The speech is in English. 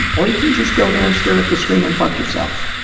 and or you can just go there and stare at the screen and fuck yourself.